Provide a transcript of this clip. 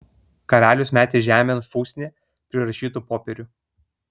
karalius metė žemėn šūsnį prirašytų popierių